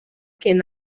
can